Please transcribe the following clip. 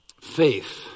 Faith